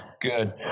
Good